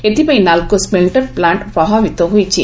ଏଥ୍ପାଇଁ NALCO smelter plant ପ୍ରଭାବିତ ହୋଇଛି